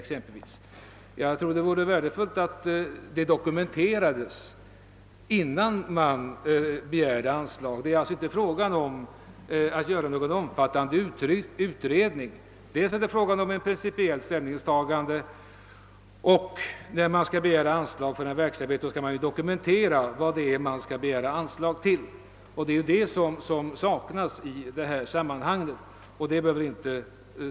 Det vore värdefullt om verksamheten dokumenterades innan man begärde anslag. Det rör sig här om ett principiellt ställningstagande: när man begär anslag för en verksamhet skall man dokumentera vad det behövs till. Det är detta som saknas i detta sammanhang.